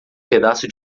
pedaço